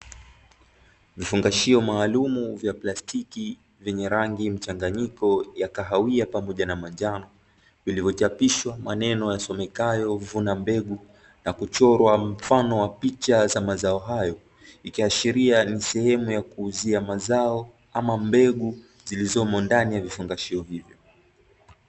vifungashio maalumu vya plastiki vyenye rangi mchanganyiko ya kahawia pamoja na manjano ,vilichapishwa maneno yasomekayo " vuna mbegu" na kuchorwa mfano wa picha za mazao hayo ikiashiria ni sehemu ya kuuzia mazao ama mbegu zilizomo ndani ya vifungashio hivyo .